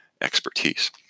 expertise